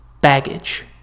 baggage